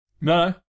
No